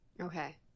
Okay